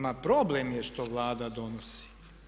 Ma problem je što Vlada donosi.